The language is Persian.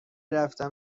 رفتن